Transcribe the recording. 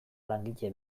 langile